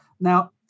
Now